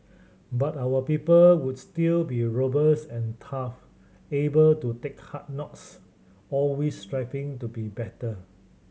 but our people would still be robust and tough able to take hard knocks always striving to be better